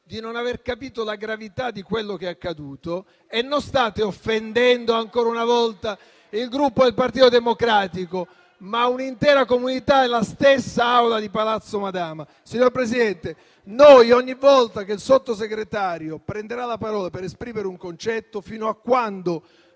di non aver capito la gravità di quello che è accaduto. E non state offendendo, ancora una volta, il Gruppo Partito Democratico, ma un'intera comunità e la stessa Assemblea di Palazzo Madama. Signor Presidente, noi, ogni volta che il Sottosegretario prenderà la parola per esprimere un concetto, fino a quando